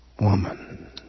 woman